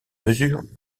mesures